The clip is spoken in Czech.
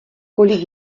kolik